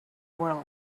world